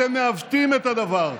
אתם מעוותים את הדבר,